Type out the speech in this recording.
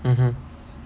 mmhmm